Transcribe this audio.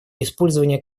использования